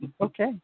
Okay